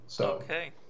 Okay